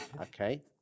Okay